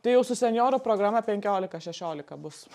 tai jau su senjorų programa penkiolika šešiolika bus